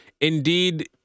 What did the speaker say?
indeed